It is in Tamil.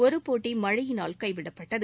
ஒரு போட்டி மழையினால் கைவிடப்பட்டது